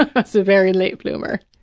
a but so very late bloomer.